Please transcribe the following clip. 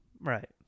Right